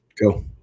go